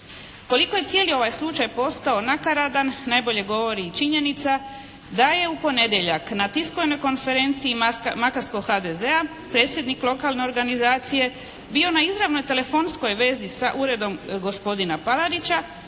Koliko je cijeli ovaj slučaj postao nakaradan najbolje govori i činjenica da je u ponedjeljak na tiskovnoj konferenciji makarskog HDZ-a predsjednik lokalne organizacije bio na izravnoj telefonskoj vezi sa uredom gospodina Palarića